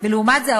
ולעומת זה,